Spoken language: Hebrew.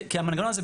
כי המנגנון הזה,